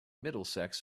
middlesex